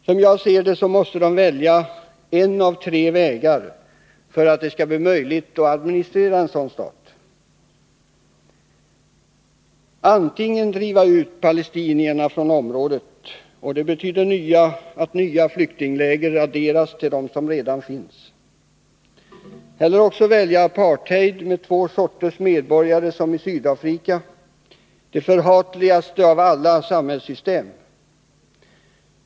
Som jag ser det måste man välja en av tre vägar för att det skall bli möjligt att administrera en sådan stat. Man måste antingen driva ut palestinierna från området — vilket betyder att nya flyktingläger adderas till dem som redan finns — eller välja apartheid, det förhatligaste av alla samhällssystem, med två sorters medborgare som i Sydafrika.